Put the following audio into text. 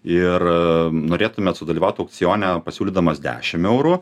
ir norėtumėt sudalyvaut aukcione pasiūlydamas dešim eurų